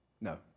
No